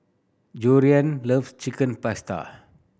Georgiann loves Chicken Pasta